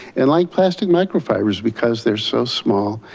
and like plastic microfibers, because they're so small,